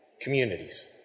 communities